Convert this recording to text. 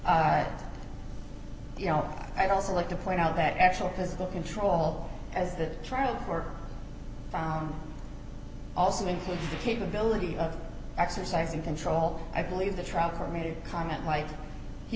know i'd also like to point out that actual physical control as the trial were found also includes the capability of exercising control i believe the trucker made a comment like he